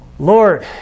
Lord